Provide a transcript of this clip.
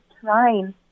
trying